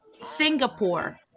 singapore